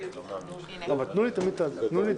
אסירים וכלואים.